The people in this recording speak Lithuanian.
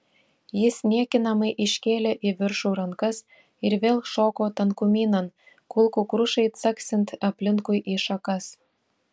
jis niekinamai iškėlė į viršų rankas ir vėl šoko tankumynan kulkų krušai caksint aplinkui į šakas